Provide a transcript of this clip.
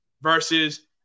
versus